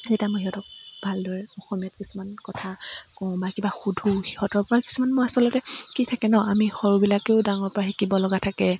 তেতিয়া মই সিহঁতক ভাল দৰে অসমীয়াত কিছুমান কথা কওঁ বা কিবা সোধোঁ সিহঁতৰ পৰা কিছুমান মই আচলতে কি থাকে ন আমি সৰুবিলাকেও ডাঙৰৰ পৰা শিকিব লগা থাকে